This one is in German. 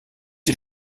die